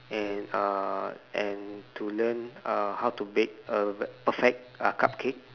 and uh and to learn uh how to bake a p~ perfect uh cupcake